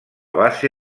base